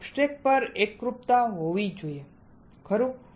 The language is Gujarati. સબસ્ટ્રેટ પર એકરૂપતા હોવી જોઈએ ખરું